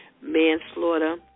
manslaughter